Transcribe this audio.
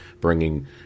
bringing